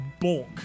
bulk